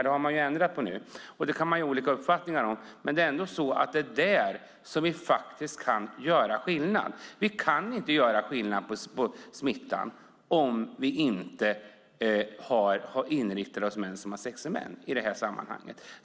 Det har man ändrat på nu. Det kan vi ha olika uppfattningar om. Men det är ändå där som vi faktiskt kan göra skillnad. Vi kan inte göra skillnad när det gäller smittan om vi inte inriktar oss på män som har sex med män i det här sammanhanget.